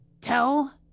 tell